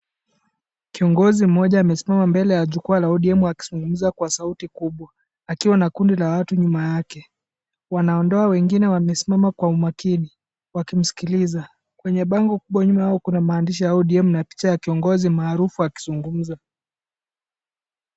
Kiongozi mmoja amesimama mbele ya jukwaa la ODM akizungumza kwa sauti kubwa. Akiwa na kundi la watu nyuma yake. Wanaondoa wengine wamesimama kwa umakini wakimsikiliza. Kwenye bango kubwa nyuma yao kuna maandishi ya ODM na picha ya kiongozi maarufu akizungumza.